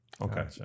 okay